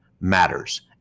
matters